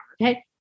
okay